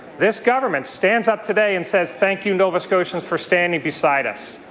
this government stands up today and says thank you, nova scotians, for standing beside us.